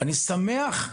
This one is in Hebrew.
ואני שמח,